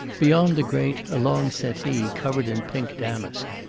beyond the grate a long settee covered in pink damask,